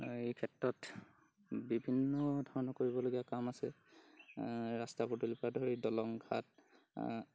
এই ক্ষেত্ৰত বিভিন্ন ধৰণৰ কৰিবলগীয়া কাম আছে ৰাস্তা পদূলি পৰা ধৰি দলং ঘাট